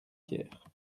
pierre